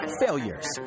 failures